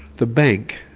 the bank,